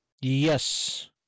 Yes